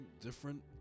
different